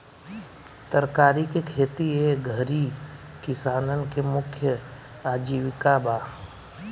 तरकारी के खेती ए घरी किसानन के मुख्य आजीविका बा